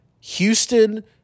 Houston